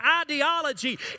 ideology